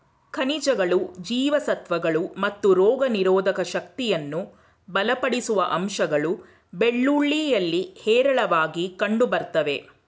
ಖನಿಜಗಳು ಜೀವಸತ್ವಗಳು ಮತ್ತು ರೋಗನಿರೋಧಕ ಶಕ್ತಿಯನ್ನು ಬಲಪಡಿಸುವ ಅಂಶಗಳು ಬೆಳ್ಳುಳ್ಳಿಯಲ್ಲಿ ಹೇರಳವಾಗಿ ಕಂಡುಬರ್ತವೆ